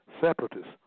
separatists